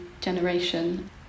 generation